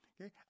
Okay